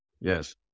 yes